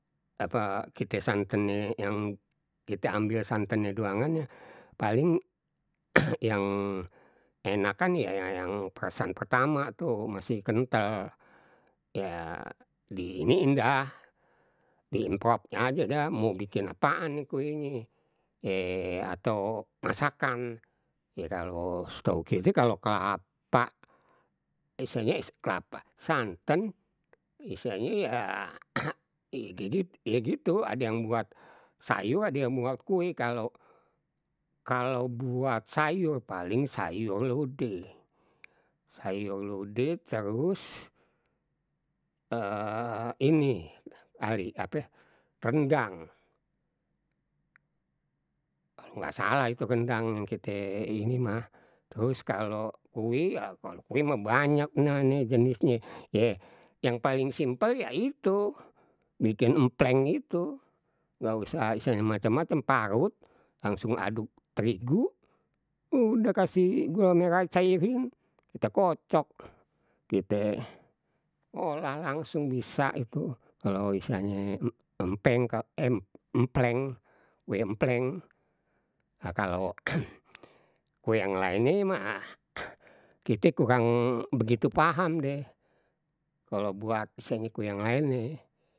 Apa kite santennye yang kite ambil santennye doangan ya paling yang enakan ya yang peresan pertama tuh masih kentel, ya diiniin dah di improp nye ajad ah mau bikin apaan ni kuenye, ye atau masakan ye kalau setahu kite kalau kelapa istilahnye kelapa, santen istilahnye ye gitu ade yang buat sayur ade yang buat kue, kalau kalau buat sayur paling sayur lodeh, sayur lodeh terus ini kali eh ape rendang, kalau nggak salah itu rendang yang kite ini mah, terus kalau kue apa tu kue mah banyaknya ni jenisnye. Yang paling simpel ya itu, bikin empleng itu, ga usah istilahnye macem-macem parut, langsung aduk terigu, udah kasih gula merah cairin, kita kocok. Kite olah langsung bisa itu, kalau istilahnye empeng empleng kue empleng. Lha kalau kue yang laennye mah, kite kurang begitu paham deh. Kalau buat istilahnye kue yang lain ni.